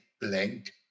blank